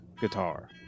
guitar